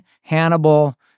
Hannibal